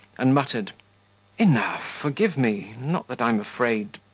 and muttered enough, forgive me, not that i'm afraid.